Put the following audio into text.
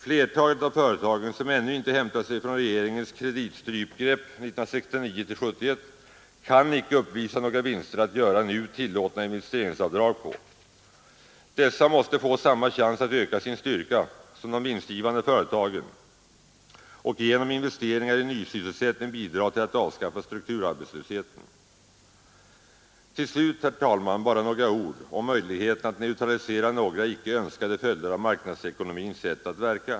Flertalet av företagen, som ännu icke hämtat sig från regeringens kreditstrypgrepp 1969—1971, kan icke uppvisa några vinster att göra nu tillåtna investeringsavdrag på. Dessa måste få samma chans att öka sin styrka som de vinstgivande företagen och genom investeringar i nysysselsättning bidra till att avskaffa strukturarbetslösheten. Till slut, herr talman, bara några ord om möjligheterna att neutralisera några icke önskade följder av marknadsekonomins sätt att verka.